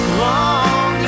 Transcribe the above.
long